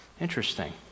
interesting